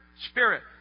spirit